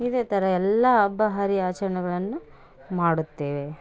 ಇದೇ ಥರ ಎಲ್ಲ ಹಬ್ಬ ಹರಿ ಆಚರಣೆಗಳನ್ನು ಮಾಡುತ್ತೇವೆ